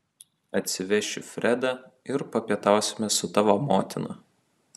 atsivešiu fredą ir papietausime su tavo motina